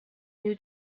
new